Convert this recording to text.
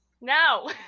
No